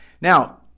Now